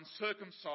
uncircumcised